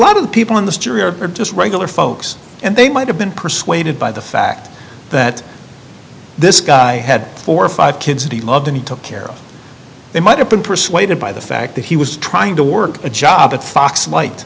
lot of people on this jury are just regular folks and they might have been persuaded by the fact that this guy had four or five kids that he loved and he took care of them might have been persuaded by the fact that he was trying to work a job at fox